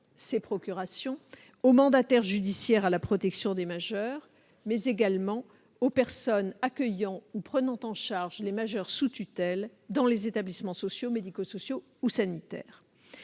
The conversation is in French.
ces procurations non seulement aux mandataires judiciaires à la protection des majeurs, mais également aux personnes accueillant ou prenant en charge les majeurs sous tutelle dans les établissements sociaux, médico-sociaux ou sanitaires.